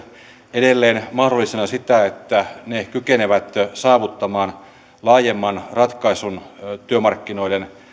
edelleen mahdollisena sitä että ne kykenevät saavuttamaan laajemman ratkaisun työmarkkinoiden